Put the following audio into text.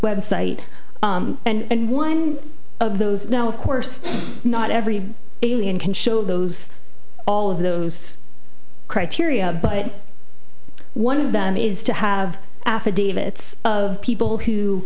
website and one of those now of course not every alien can show those all of those criteria but one of them is to have affidavits of people who